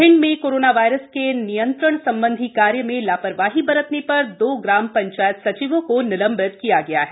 भिंड में corona virus के नियंत्रण संबंधी कार्य में लापरवाही बरतने पर दो ग्राम पंचायत सचिवों को निलंबित किया गया है